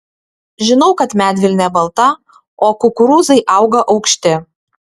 žinau kad medvilnė balta o kukurūzai auga aukšti